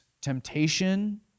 temptation